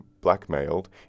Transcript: blackmailed